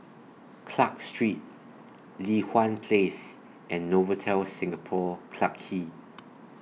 Clarke Street Li Hwan Place and Novotel Singapore Clarke Quay